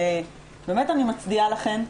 אני באמת מצדיעה לכן,